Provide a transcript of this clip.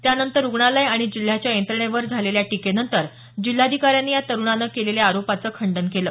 त्यानंतर रुग्णालय आणि जिल्ह्याच्या यंत्रणेवर झालेल्या टीकेनंतर जिल्हाधिकाऱ्यांनी या तरुणानं केलेल्या आरोपाचं खंडन केलं